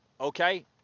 Okay